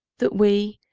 that we,